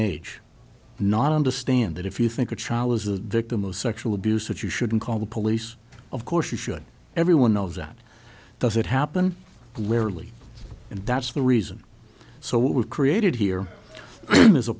age not understand that if you think a child is a victim of sexual abuse that you shouldn't call the police of course you should everyone knows that doesn't happen rarely and that's the reason so what we've created here is a